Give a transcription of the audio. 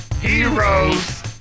heroes